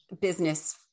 business